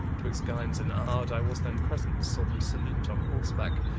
twixt guynes and arde, i was then present, saw them salute on horsebacke,